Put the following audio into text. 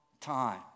time